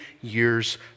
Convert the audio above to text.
years